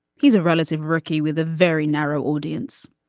he's a relative rookie with a very narrow audience.